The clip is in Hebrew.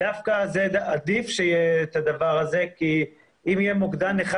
דווקא עדיף שיהיה את הדבר הזה כי אם יהיה מוקדן אחד